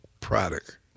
product